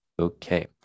Okay